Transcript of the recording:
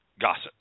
gossip